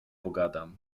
pogadam